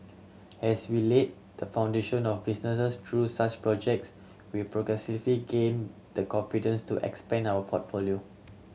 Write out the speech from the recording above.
as we laid the foundation of businesses through such projects we progressively gain the confidence to expand our portfolio